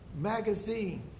magazine